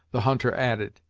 the hunter added,